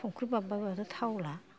संख्रि बाब्बायबाथ' थावला